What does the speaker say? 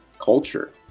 culture